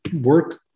work